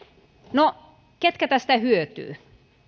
no ketkä tästä hyötyvät